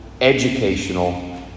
educational